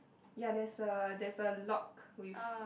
ya there's a there's a lock with